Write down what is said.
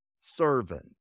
servant